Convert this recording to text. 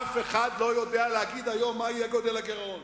אף אחד לא יודע להגיד היום מה יהיה גודל הגירעון.